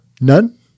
none